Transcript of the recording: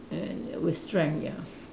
and ya with strength ya